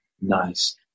Nice